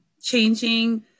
changing